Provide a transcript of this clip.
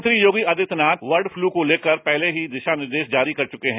मुख्यमंत्री योगी आदित्यनाथ बर्डफ्लू को लेकर पहले ही निर्देश जारी कर चुके हैं